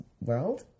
world